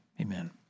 Amen